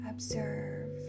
Observe